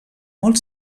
molt